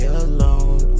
alone